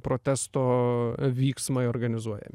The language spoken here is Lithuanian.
protesto vyksmai organizuojami